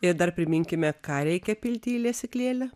ir dar priminkime ką reikia pilti į lesyklėlę